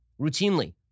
routinely